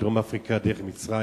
מדרום אפריקה דרך מצרים,